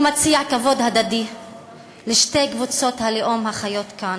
הוא מציע כבוד הדדי לשתי קבוצות הלאום החיות כאן,